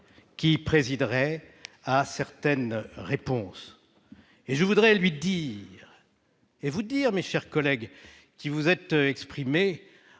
qui présiderait à certaines réponses. Je voudrais lui dire et vous dire, à vous mes chers collègues qui vous êtes exprimés